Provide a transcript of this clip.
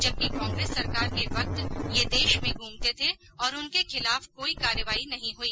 जबकि कांग्रेस सरकार के वक्त ये देश में घूमते थे और उनके खिलाफ कोई कार्यवाही नहीं हई